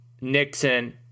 Nixon